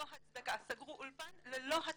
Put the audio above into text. סגרו אולפן ללא הצדקה.